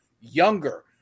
younger